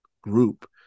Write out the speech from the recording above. group